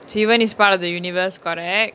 sivan is part of the universe correct